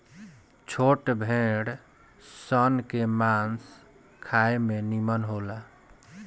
छोट भेड़ सन के मांस खाए में निमन होला